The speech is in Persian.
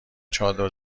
چادر